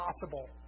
possible